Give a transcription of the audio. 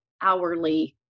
hourly